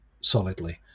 solidly